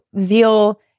Zeal